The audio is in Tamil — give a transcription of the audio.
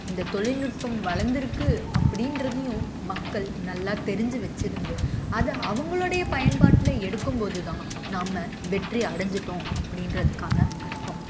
இந்த தொழில்நுட்பம் வளர்ந்துருக்குது அப்டின்றதையும் மக்கள் நல்லா தெரிஞ்சி வச்சிருந்து அது அவங்களோடைய பயன்பாட்டில் எடுக்கும் போது தான் நாம வெற்றி அடைஞ்சிட்டோம் அப்படின்றத்துக்கான அர்த்தம்